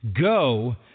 go